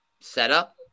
setup